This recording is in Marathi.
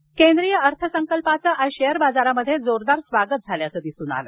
शेअर केंद्रिय अर्थसंकल्पाचं आज शेअर बाजारात जोरदार स्वागत झाल्याचं दिसून आलं